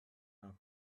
are